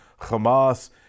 Hamas